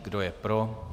Kdo je pro?